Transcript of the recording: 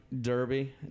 derby